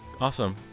Awesome